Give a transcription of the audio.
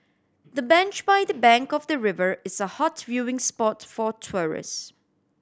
the bench by the bank of the river is a hot viewing spot for tourist